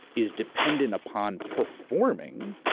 is dependent upon performing,